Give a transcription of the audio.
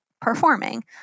performing